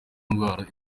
ndwara